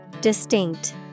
Distinct